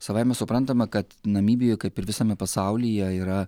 savaime suprantama kad namibijoj kaip ir visame pasaulyje yra